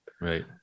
right